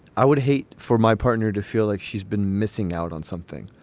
i would hate for my partner to feel like she's been missing out on something.